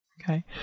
Okay